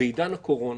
בעידן הקורונה,